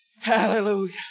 Hallelujah